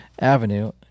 Avenue